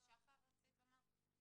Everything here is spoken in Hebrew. שחר סומך בבקשה.